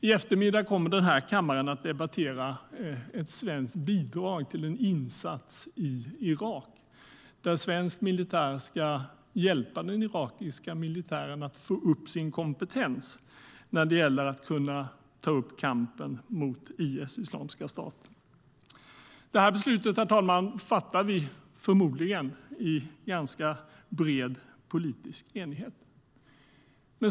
I eftermiddag kommer kammaren att debattera ett svenskt bidrag till en insats i Irak där svensk militär ska hjälpa den irakiska militären att få upp sin kompetens när det gäller att kunna ta upp kampen mot IS, Islamiska staten. Herr talman! Det beslutet fattar vi förmodligen i ganska bred politisk enighet.